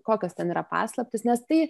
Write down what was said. kokios ten yra paslaptys nes tai